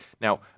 Now